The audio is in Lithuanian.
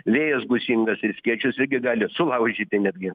vėjas gūsingas ir skėčius irgi gali sulaužyti netgi